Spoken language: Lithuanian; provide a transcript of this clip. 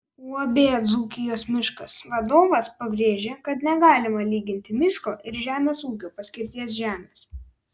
uab dzūkijos miškas vadovas pabrėžė kad negalima lyginti miško ir žemės ūkio paskirties žemės